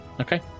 Okay